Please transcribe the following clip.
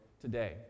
today